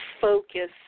focus